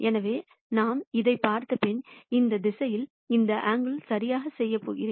எனவே நாம் இதைப் பார்த்த பின் இந்த திசையில் இந்த ஆங்கில் சரியாக செய்ய போகிறேன்